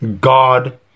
God